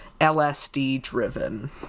LSD-driven